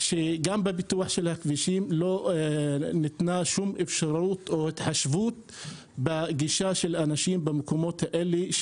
שגם בפיתוח הכבישים לא התחשבו בגישה של האנשים לתחבורה